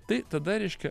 tai tada reiškia